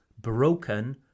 broken